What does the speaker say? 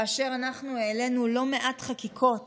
כאשר אנחנו העלינו לא מעט חקיקות